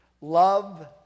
Love